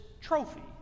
trophy